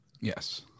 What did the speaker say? yes